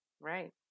Right